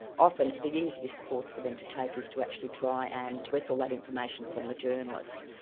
often the easiest course for them to take is to actually try and wrestle that information from the journalist.